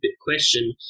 question